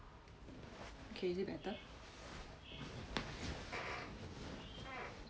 okay is it better